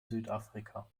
südafrika